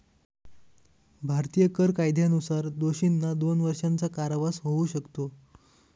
भारतीय कर कायद्यानुसार दोषींना दोन वर्षांचा कारावास होऊ शकतो